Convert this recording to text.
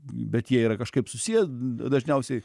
bet jie yra kažkaip susiję dažniausiai